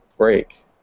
break